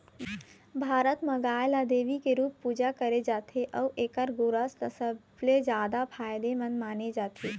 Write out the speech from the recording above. भारत म गाय ल देवी के रूप पूजा करे जाथे अउ एखर गोरस ल सबले जादा फायदामंद माने जाथे